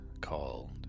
called